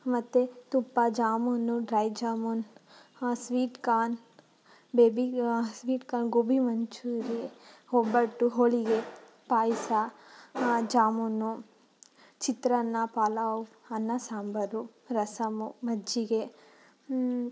ಮತ್ತು ತುಪ್ಪ jamun dry jamun sweet corn baby sweet corn gobi Manchurian ಒಬ್ಬಟ್ಟು ಹೋಳಿಗೆ ಪಾಯಸ ಜಾಮೂನು ಚಿತ್ರಾನ್ನ ಪಲಾವ್ ಅನ್ನ ಸಾಂಬಾರು ರಸಮ್ ಮಜ್ಜಿಗೆ